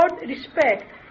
respect